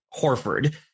Horford